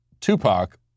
Tupac